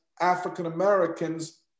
African-Americans